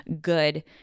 good